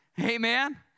Amen